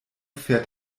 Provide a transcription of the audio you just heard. fährt